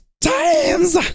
times